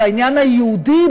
או לעניין היהודי,